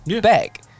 back